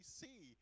see